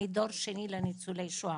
אני דור שני לניצולי שואה.